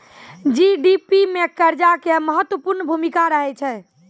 GDP मे कर्जा के महत्वपूर्ण भूमिका रहै छै